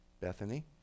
Bethany